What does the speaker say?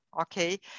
okay